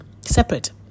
separate